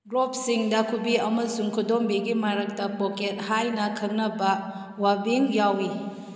ꯒ꯭ꯂꯣꯞꯁꯤꯡꯗ ꯈꯨꯕꯤ ꯑꯃꯁꯨꯡ ꯈꯨꯗꯣꯝꯕꯤꯒꯤ ꯃꯔꯛꯇ ꯄꯣꯀꯦꯠ ꯍꯥꯏꯅ ꯈꯪꯅꯕ ꯋꯥꯕꯤꯡ ꯌꯥꯎꯋꯤ